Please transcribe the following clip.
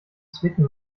zwicken